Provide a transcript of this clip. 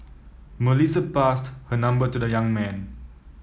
Melissa passed her number to the young man